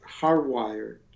hardwired